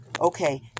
okay